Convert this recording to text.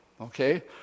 okay